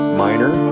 minor